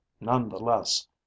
nonetheless